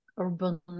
urban